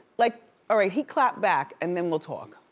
like all right, he clapped back, and then we'll talk.